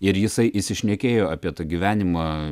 ir jisai įsišnekėjo apie tą gyvenimą